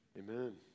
Amen